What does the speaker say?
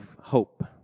hope